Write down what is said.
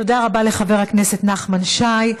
תודה רבה לחבר הכנסת נחמן שי.